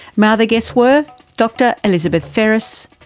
my other guests were dr elizabeth ferris,